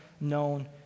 known